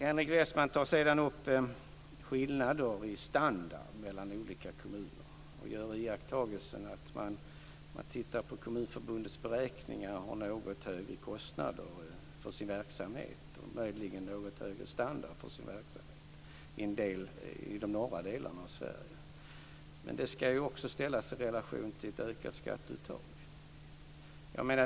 Henrik Westman tar upp skillnader i standard mellan olika kommuner och gör iakttagelsen att om man tittar på Kommunförbundets beräkningar ger det något högre kostnader för verksamheten, och möjligen något högre standard på verksamheten, i de norra delarna av Sverige. Men det ska också ställas i relation till ett ökat skatteuttag.